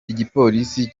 igipolisi